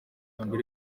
mbere